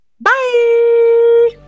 bye